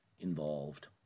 involved